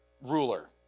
ruler